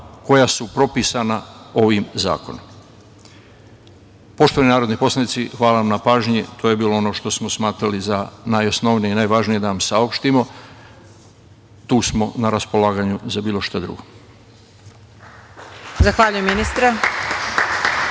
koja su propisana ovim zakonom. Poštovani narodni poslanici hvala vam na pažnji. To je bilo ono što smo smatrali za najosnovnije i najvažnije da vam saopštimo. Tu smo na raspolaganju za bilo šta drugo. **Marija